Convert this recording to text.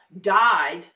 died